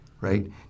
right